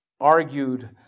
argued